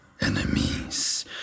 enemies